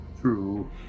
True